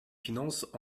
finances